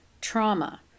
trauma